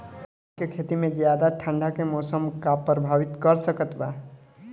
धान के खेती में ज्यादा ठंडा के मौसम का प्रभावित कर सकता बा?